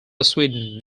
sweden